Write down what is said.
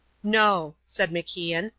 no, said macian,